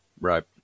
Right